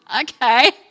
okay